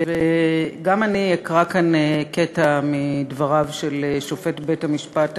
גם אני אקרא כאן קטע מדבריו של שופט בית-המשפט העליון,